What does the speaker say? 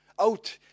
out